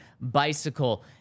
bicycle